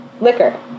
liquor